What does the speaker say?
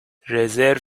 رزرو